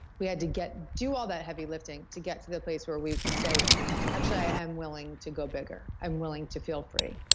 we had to do all that heavy lifting to get to the place where we can say actually i am willing to go bigger, i'm willing to feel free.